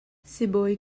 sibawi